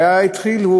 והתחילו,